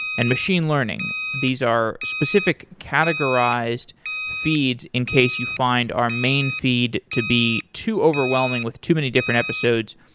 and machine learning. these are specific categorized feeds in case you find our main feed to be too overwhelming with too many different episodes.